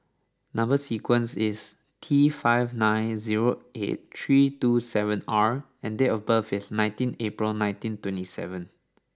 number sequence is T five nine zero eight three two seven R and date of birth is nineteen April nineteen twenty seven